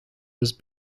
was